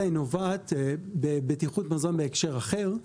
אלא היא נובעת מבטיחות מזון בהקשר אחר;